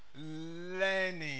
learning